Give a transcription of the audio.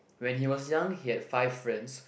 when he was young he had five friends